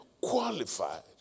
qualified